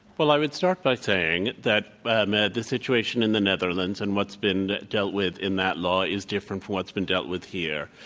well, i would start by saying that um ah the situation in the netherlands and what's been dealt with in that law is different from what's been dealt with here.